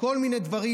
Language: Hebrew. כל מיני דברים,